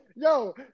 Yo